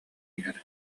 иһэр